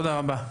תודה רבה.